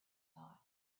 thought